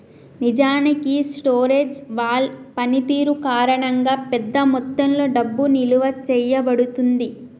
నిజానికి స్టోరేజ్ వాల్ పనితీరు కారణంగా పెద్ద మొత్తంలో డబ్బు నిలువ చేయబడుతుంది